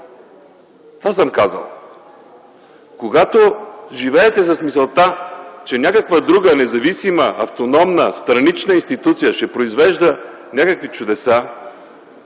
Това съм казал. Когато живеете с мисълта, че някаква друга – независима, автономна, странична институция ще произвежда някакви чудеса,